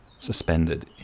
suspended